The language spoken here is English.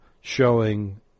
showing